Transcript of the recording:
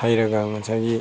ꯍꯩꯔꯒ ꯉꯁꯥꯏꯒꯤ